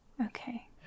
Okay